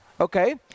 okay